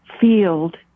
field